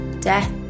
death